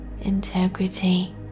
integrity